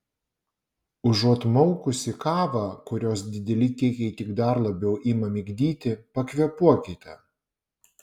užuot maukusi kavą kurios dideli kiekiai tik dar labiau ima migdyti pakvėpuokite